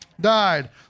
died